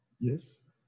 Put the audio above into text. Yes